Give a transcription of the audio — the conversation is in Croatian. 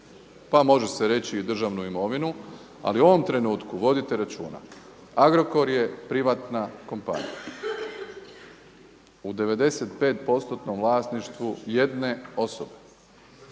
pa može se reći i državnu imovinu, ali u ovom trenutku vodite računa Agrokor je privatna kompanija u 95%-nom vlasništvu jedne osobe.